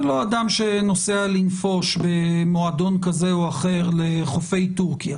זה לא אדם שנוסע לנפוש במועדון כזה או אחר לחופי טורקיה,